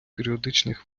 періодичних